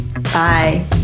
Bye